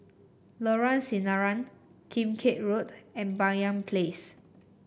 Lorong Sinaran Kim Keat Road and Banyan Place